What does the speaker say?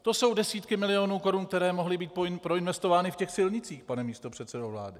To jsou desítky milionů korun, které mohly být proinvestovány v těch silnicích, pane místopředsedo vlády.